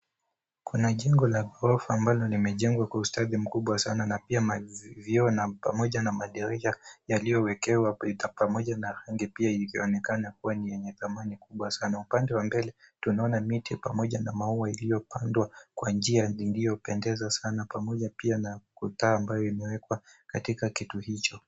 Kuna jengo la ghorofa ambalo limejengwa kwa ustadi mkubwa sana na pia na mavioo pamoja na madirisha yaliyowekewa prita pamoja na rangi pia ilivyoonekana kuwa ni yenye dhamani kubwa sana. Upande wa mbele tunaona miti pamoja na maua iliyopandwa kwa njia iliyopendeza sana pamoja pia na taa ambayo imewekwa katika kitu hicho.